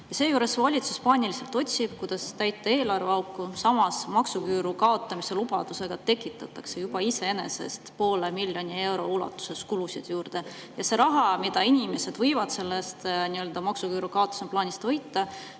Seejuures otsib valitsus paaniliselt, kuidas täita eelarveauku. Samas, maksuküüru kaotamise lubadusega tekitatakse juba iseenesest poole miljoni euro ulatuses kulusid juurde. Selle raha, mida inimesed võivad maksuküüru kaotamise plaanist võita,